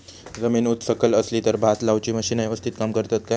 जमीन उच सकल असली तर भात लाऊची मशीना यवस्तीत काम करतत काय?